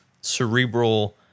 cerebral